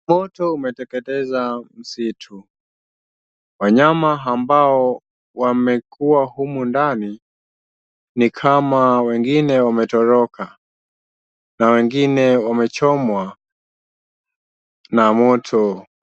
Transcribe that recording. Moto umeteketeza msitu. Wanyama ambao wamekuwa humu ndani ni kama wengine wametoroka na wengine wamechomwa na moto.